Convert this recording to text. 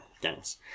Dennis